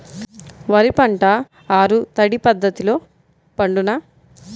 వరి పంట ఆరు తడి పద్ధతిలో పండునా?